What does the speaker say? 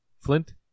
Flint